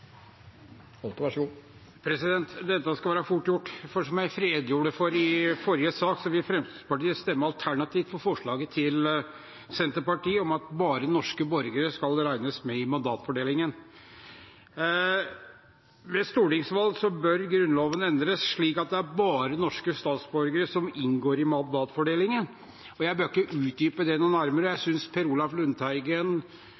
Dette skal være fort gjort. Som jeg redegjorde for i forrige sak, vil Fremskrittspartiet stemme alternativt for forslaget til Senterpartiet om at bare norske borgere skal regnes med i mandatfordelingen. Grunnloven bør endres slik at det ved stortingsvalg bare er norske statsborgere som inngår i mandatfordelingen. Jeg behøver ikke utdype det noe nærmere. Jeg synes representanten Per Olaf Lundteigen har redegjort for det på en veldig god måte, så jeg